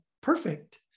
perfect